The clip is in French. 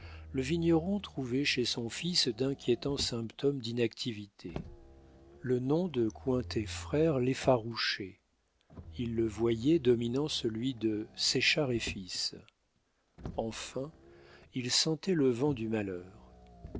le vigneron trouvait chez son fils d'inquiétants symptômes d'inactivité le nom de cointet frères l'effarouchait il le voyait dominant celui de séchard et fils enfin il sentait le vent du malheur